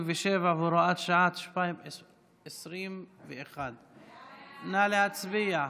57 והוראות שעה), התשפ"ב 2021. נא להצביע.